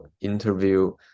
interview